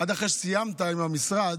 עד אחרי שסיימת עם המשרד,